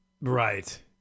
Right